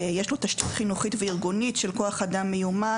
יש לו תשתית חינוכית וארגונית של כוח אדם מיומן,